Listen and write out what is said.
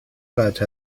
قدر